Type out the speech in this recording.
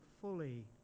fully